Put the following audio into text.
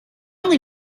only